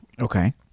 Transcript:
Okay